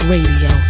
Radio